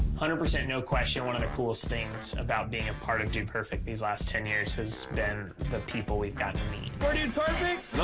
hundred percent, no question, one of the coolest things about being a part of dude perfect these last ten years has been the people we've gotten to meet. we're dude perfect.